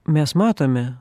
mes matome